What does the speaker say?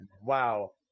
wow